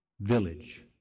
village